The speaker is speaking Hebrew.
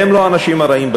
הם לא האנשים הרעים בסיפור,